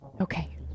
Okay